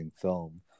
film